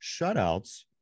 shutouts